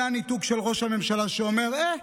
זה הניתוק של ראש הממשלה, שאומר: אה,